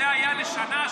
זה היה לשנה,